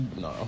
No